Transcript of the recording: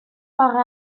bore